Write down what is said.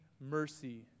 mercy